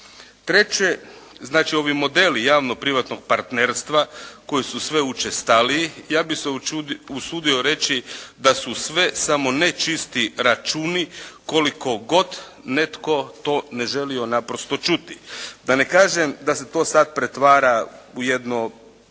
Treće, znači ovi modeli javnog privatnog partnertstva koji su sve učestaliji, ja bih se usudio reći da su sve samo ne čisti računi koliko god to netko ne želio naprosto čuti. Da ne kažem da se to sada pretvara u jedno